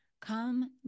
Come